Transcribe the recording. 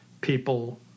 people